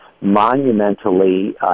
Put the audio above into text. monumentally